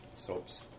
soaps